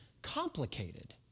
complicated